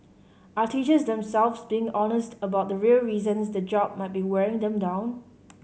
are teachers themselves being honest about the real reasons the job might be wearing them down